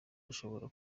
rushobora